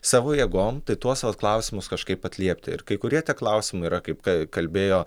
savo jėgom tai tuos vat klausimus kažkaip atliepti ir kai kurie klausimai yra kaip a kalbėjo